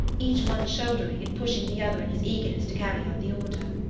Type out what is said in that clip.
each one shouldering and pushing the other in his eagerness to carry out the order.